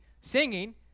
singing